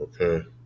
okay